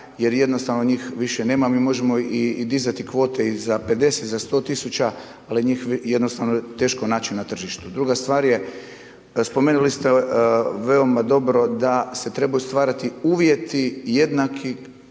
jer jednostavno njih više nema, mi možemo i dizati kvote i za 50 i za 100 tisuća, ali je njih jednostavno teško naći na tržištu. Druga stvar je, spomenuli ste veoma dobro da se trebaju stvarati uvjeti jednaki,